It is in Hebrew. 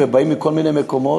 הם באים מכל מיני מקומות.